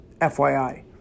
FYI